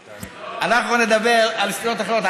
אנחנו נדבר על סתירות אחרות.